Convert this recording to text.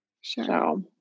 Sure